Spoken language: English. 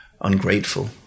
Ungrateful